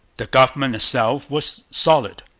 the government itself was solid.